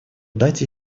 дате